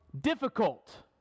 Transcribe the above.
difficult